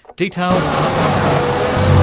details are on our website.